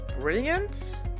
brilliant